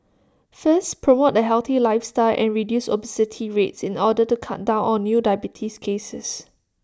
first promote A healthy lifestyle and reduce obesity rates in order to cut down on new diabetes cases